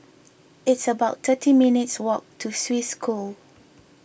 it's about thirty minutes' walk to Swiss School